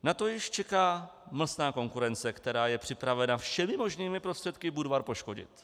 Na to již čeká mlsná konkurence, která je připravena všemi možnými prostředky Budvar poškodit.